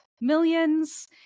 millions